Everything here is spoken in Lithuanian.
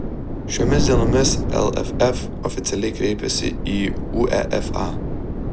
šiomis dienomis lff oficialiai kreipėsi į uefa